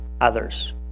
others